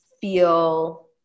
feel